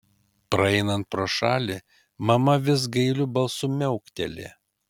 praeinant pro šalį mama vis gailiu balsu miaukteli